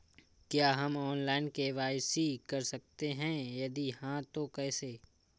क्या हम online KYC कर सकते हैं यदि हाँ तो कैसे?